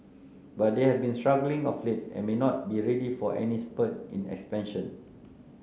but they have been struggling of late and may not be ready for any spurt in expansion